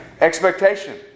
expectation